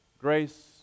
Grace